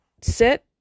sit